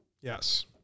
yes